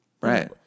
Right